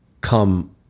come